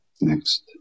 Next